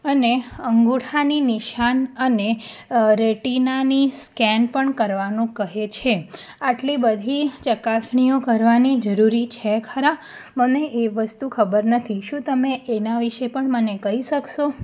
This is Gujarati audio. અને અંગૂઠાનું નિશાન અને રેટિનાનું સ્કેન પણ કરવાનું કહે છે આટલી બધી ચકાસણીઓ કરવાની જરૂરી છે ખરી મને એ વસ્તુ ખબર નથી શું તમે એના વિશે પણ મને કહી શકશો